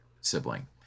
sibling